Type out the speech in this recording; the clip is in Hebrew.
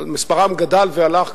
מספרם גדל והלך,